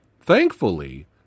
thankfully